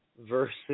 versus